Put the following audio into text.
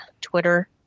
Twitter